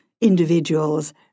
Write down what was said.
individuals